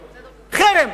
חרם.